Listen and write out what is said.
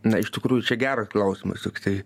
na iš tikrųjų čia geras klausimas juk tai